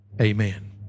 amen